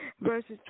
verses